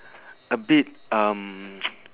a bit um